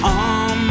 on